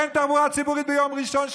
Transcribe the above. אין תחבורה ציבורית בימים ראשון,